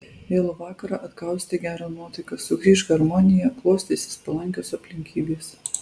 vėlų vakarą atgausite gerą nuotaiką sugrįš harmonija klostysis palankios aplinkybės